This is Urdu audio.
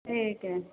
ٹھیک ہے